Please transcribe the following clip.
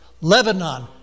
Lebanon